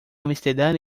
ámsterdam